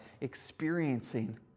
experiencing